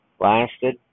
Lasted